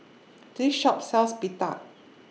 This Shop sells Pita